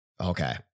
Okay